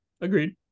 Agreed